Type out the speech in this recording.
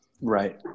Right